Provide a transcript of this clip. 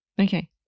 Okay